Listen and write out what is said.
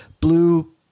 blue